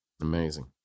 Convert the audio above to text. Amazing